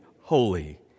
holy